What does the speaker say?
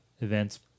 events